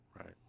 Right